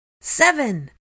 Seven